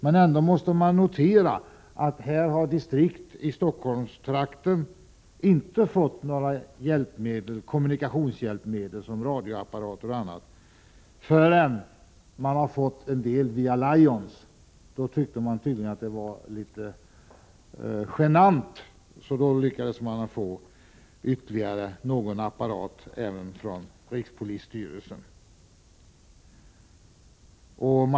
Men ändå kan vi notera att polisdistrikt i Stockholmstrakten inte fick kommunikationshjälpmedel, som radioapparater och annat, förrän Lions skänkte polisen en del sådan utrustning. Det tyckte tydligen rikspolisstyrelsen var litet genant, så då lyckades polisen få någon apparat även från rikspolisstyrelsen.